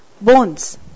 bones